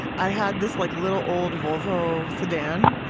i had this like little old volvo sedan,